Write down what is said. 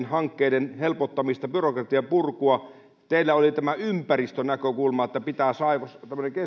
hankkeiden helpottamista byrokratian purkua teillä oli tämä ympäristönäkökulma että pitää